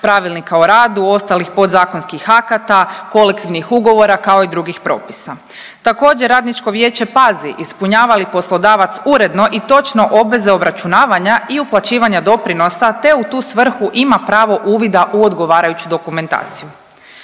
pravilnika o radu, ostalih podzakonskih akata, kolektivnih ugovora, kao i drugih propisa. Također, radničko vijeće pazi ispunjava li poslodavac uredno i točno obveze obračunavanja i uplaćivanja doprinosa te u tu svrhu ima pravo uvida u odgovarajuću dokumentaciju.